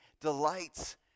delights